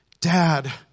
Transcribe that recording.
Dad